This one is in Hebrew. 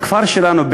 בכפר שלנו,